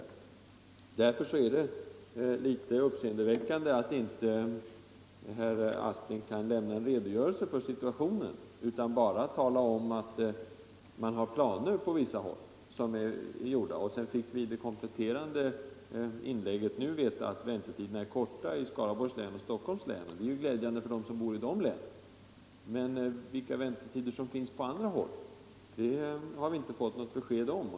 Mot denna bakgrund är det litet uppseendeväckande att herr Aspling inte kan lämna en redogörelse för situationen utan bara talar om att man har gjort upp planer i vissa landsting. Sedan fick vi i det kompletterande inlägget veta att väntetiderna är korta i Skaraborgs län och i Stockholms län. Det är ju glädjande för dem som bor i dessa län, men vilka väntetider som förekommer på andra håll har vi inte fått något besked om.